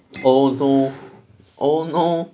oh no oh no